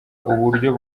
uburyo